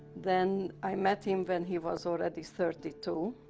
then i met him when he was already thirty two.